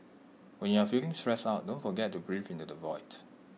when you are feeling stressed out don't forget to breathe into the void